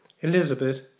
Elizabeth